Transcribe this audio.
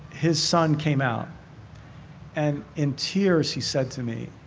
his son came out and, in tears, he said to me,